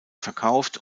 verkauft